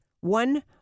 One